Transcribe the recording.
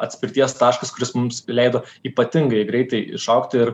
atspirties taškas kuris mums leido ypatingai greitai išaugti ir